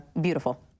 beautiful